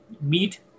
meet